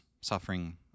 suffering